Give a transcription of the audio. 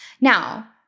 now